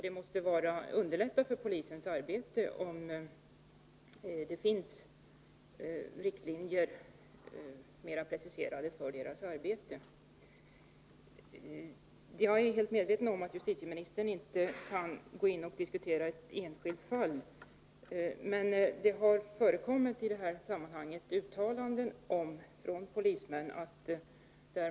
Det måste underlätta polisens arbete om det finns mer preciserade riktlinjer. Jag är helt medveten om att justitieministern inte här kan diskutera ett enskilt fall. Men det har i detta sammanhang gjorts uttalanden från polismän.